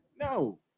No